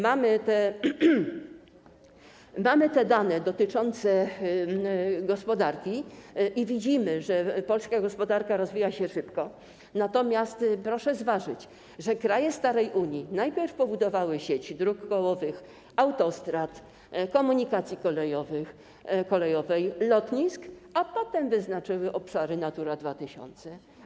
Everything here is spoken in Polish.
Mamy te dane dotyczące gospodarki i widzimy, że polska gospodarka rozwija się szybko, natomiast proszę zważyć, że kraje starej Unii najpierw pobudowały sieci dróg kołowych, autostrad, komunikacji kolejowej, a potem wyznaczyły obszary Natura 2000.